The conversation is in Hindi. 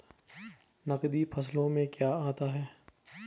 नकदी फसलों में क्या आता है?